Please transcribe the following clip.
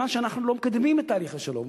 מכיוון שאנחנו לא מקדמים את תהליך השלום,